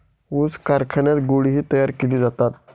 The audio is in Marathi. ऊस कारखान्यात गुळ ही तयार केले जातात